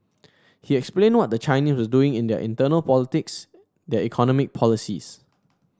he explained what the Chinese were doing in their internal politics their economic policies